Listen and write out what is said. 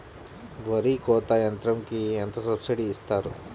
వరి కోత యంత్రంకి ఎంత సబ్సిడీ ఇస్తారు?